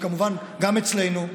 כמובן גם אצלנו,